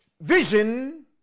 vision